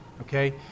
Okay